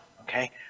okay